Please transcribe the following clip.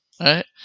right